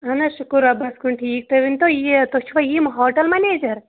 اہن حظ شُکُر رۄبَس کُن ٹھیٖک تُہۍ ؤنۍتو یہِ تُہۍ چھُوا یِم ہوٹَل مَنیجَر